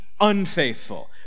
unfaithful